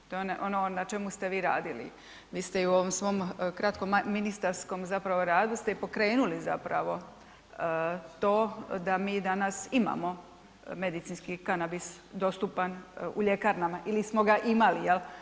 To je ono na čemu ste vi radili, vi ste i u ovom svom kratkom ministarskom zapravo radu ste i pokrenuli zapravo to da mi danas imamo medicinski kanabis dostupan u ljekarnama ili smo ga imali jel.